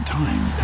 time